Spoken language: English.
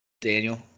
Daniel